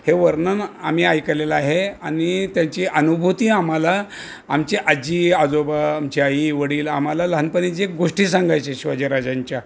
हे वर्णन आम्ही ऐकलेलं आहे आणि त्यांची अनुभूती आम्हाला आमची आजी आजोबा आमची आई वडील आम्हाला लहानपणी जी गोष्टी सांगायची शिवाजीराज्यांच्या